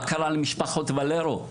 מה קרה למשפחת ולירו?